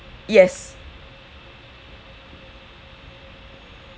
yes